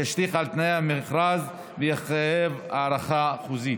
שישליך על תנאי המכרז ויחייב הערכה חוזית.